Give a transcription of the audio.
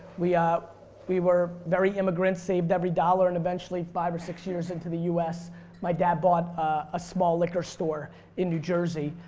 we ah we were very immigrant saved every dollar and eventually five or six years into the us my dad bought a small liquor store in new jersey.